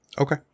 Okay